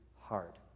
hard